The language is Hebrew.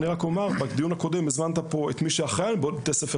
בדיון הקודם הזמנת לפה את מי שאחראי על בתי ספר